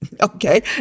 Okay